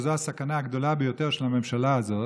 וזו הסכנה הגדולה ביותר של הממשלה הזאת,